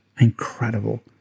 incredible